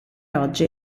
oggi